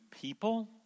people